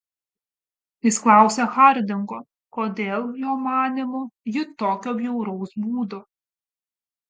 jis klausia hardingo kodėl jo manymu ji tokio bjauraus būdo